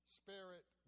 spirit